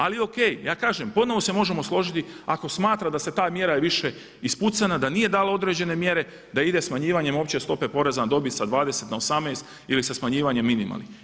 Ako, O.K., ja kažem, ponovno se možemo složiti ako smatra da se ta mjera više ispucana, da nije dala određene mjere da ide smanjivanjem opće stope poreza na dobit sa 20 na 18 ili sa smanjivanjem minimalnih.